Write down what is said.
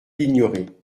l’ignorer